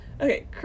Okay